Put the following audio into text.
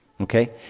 okay